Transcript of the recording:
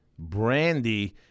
brandy